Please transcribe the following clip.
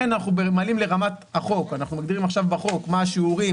אנחנו מגדירים עכשיו בחוק מה השיעורים